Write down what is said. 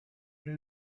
new